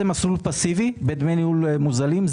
מסלול פסיבי בדמי ניהול מוזלים,